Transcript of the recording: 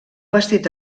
vestit